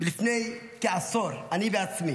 לפני כעשור אני בעצמי